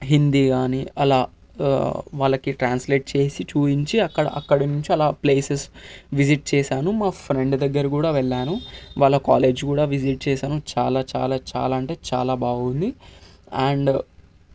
హిందీ కాని అలా వాళ్ళకు ట్రాన్స్లేట్ చేసి చూయించి అక్కడ అక్కడి నుంచి ప్లేసెస్ విజిట్ చేశాను మా ఫ్రెండ్ దగ్గర కూడా వెళ్ళాను వాళ్ళ కాలేజ్ కూడా విజిట్ చేశాను చాలా చాలా చాలా అంటే చాలా బాగుంది అండ్